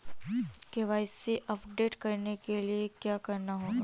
KYC update करने के लिए क्या करना होगा?